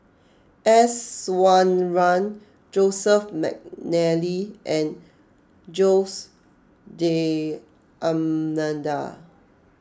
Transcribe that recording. S Iswaran Joseph McNally and Jose D'Almeida